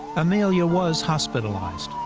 amelia was hospitalized,